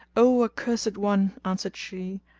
o accursed one, answered she,